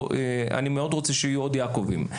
מאוד רוצה שיהיו עוד "יעקבים".